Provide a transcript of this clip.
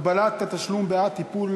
(הגבלת התשלום בעד טיפול